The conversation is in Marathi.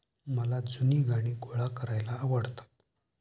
मला जुनी नाणी गोळा करायला आवडतात